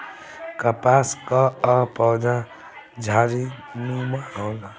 कपास कअ पौधा झाड़ीनुमा होला